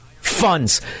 funds